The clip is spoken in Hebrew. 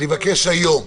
אני מבקש היום.